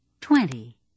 Twenty